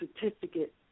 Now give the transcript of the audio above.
certificate